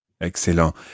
Excellent